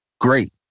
Great